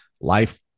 Life